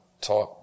type